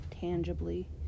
tangibly